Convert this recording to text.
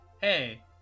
hey